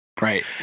right